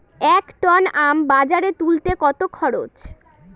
এক টন আম বাজারে তুলতে কত খরচ?